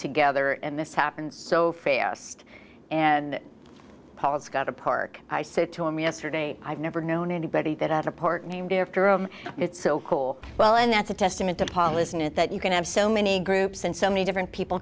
together and this happened so fast and pollitz got a park i said to him yesterday i've never known anybody that out a part named after him it's so cool well and that's a testament to paul isn't it that you can have so many groups and so many different people